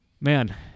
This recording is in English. Man